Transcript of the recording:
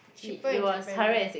cheaper in Japan meh